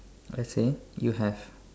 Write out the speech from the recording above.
let's say you have